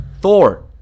Thor